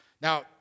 Now